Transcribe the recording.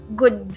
good